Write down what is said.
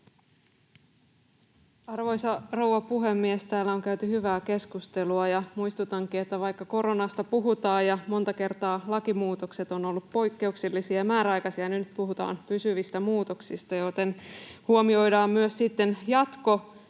Arvoisa rouva puhemies! Täällä on käyty hyvää keskustelua, ja muistutankin, että vaikka koronasta puhutaan ja monta kertaa lakimuutokset ovat olleet poikkeuksellisia ja määräaikaisia, niin nyt puhutaan pysyvistä muutoksista, joten huomioidaan myös sitten